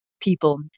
people